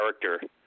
character